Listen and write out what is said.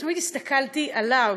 תמיד הסתכלתי עליו.